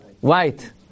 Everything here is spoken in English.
White